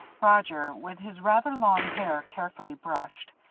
roger, with his rather long hair carefully brushed,